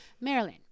marilyn